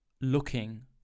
looking